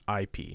ip